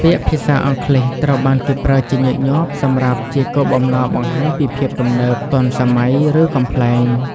ពាក្យភាសាអង់គ្លេសត្រូវបានគេប្រើជាញឹកញាប់សម្រាប់ជាគោលបំណងបង្ហាញពីភាពទំនើប ទាន់សម័យ ឬកំប្លែង។